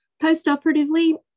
post-operatively